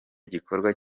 gikorwa